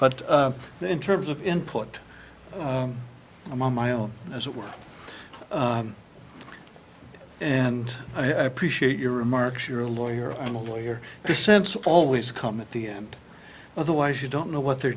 but in terms of input i'm on my own as it were and i appreciate your remarks you're a lawyer i'm a lawyer your sense always come at the end otherwise you don't know what the